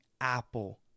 apple